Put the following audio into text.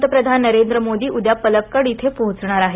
पंतप्रधान नरेंद्र मोदी उद्या पलक्कड इथं पोहोचणार आहेत